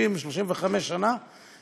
30 או 35 שנה,